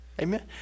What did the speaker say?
Amen